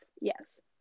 Yes